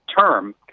term